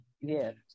Yes